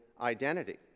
identity